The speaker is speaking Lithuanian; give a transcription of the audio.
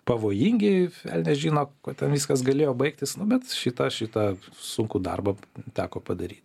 pavojingi velnias žino kuo ten viskas galėjo baigtis bet šitą šitą sunkų darbą teko padaryt